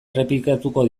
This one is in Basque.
errepikatuko